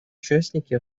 участники